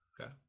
okay